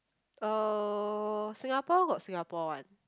uh Singapore got Singapore one